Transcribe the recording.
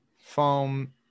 Foam